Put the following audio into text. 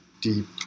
deep